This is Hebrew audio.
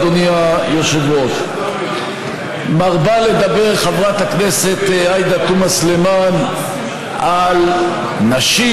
אדוני היושב-ראש: מרבה לדבר חברת הכנסת עאידה תומא סלימאן על נשים,